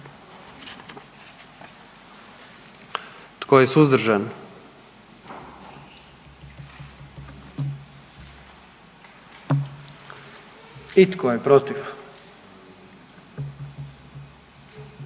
Tko je suzdržan? I tko je protiv?